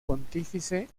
pontífice